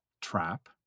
trap